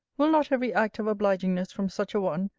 will not every act of obligingness from such a one,